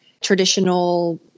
traditional